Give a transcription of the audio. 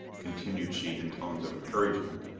continued she in tones of encouragement,